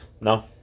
No